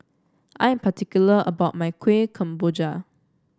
I am particular about my Kuih Kemboja